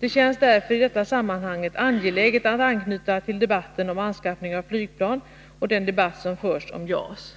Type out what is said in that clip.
Det känns därför i detta sammanhang angeläget att anknyta till debatten om anskaffning av flygplan och den debatt som förs om JAS.